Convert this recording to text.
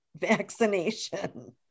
vaccination